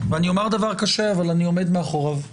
אני אומר דבר קשה אבל אני עומד מאחוריו.